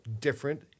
different